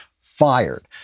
fired